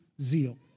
zeal